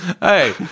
Hey